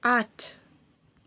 आठ